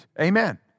Amen